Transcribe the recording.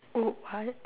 oh what